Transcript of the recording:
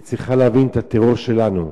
היא צריכה להבין את הטרור שלנו.